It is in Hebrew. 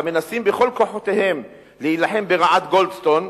המנסים בכל כוחותיהם להילחם ברעת גולדסטון,